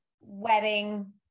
wedding